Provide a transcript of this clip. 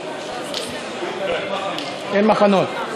בליכוד אין מחנות.